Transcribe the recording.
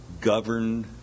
governed